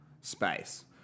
space